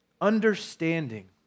understanding